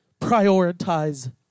prioritize